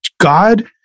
God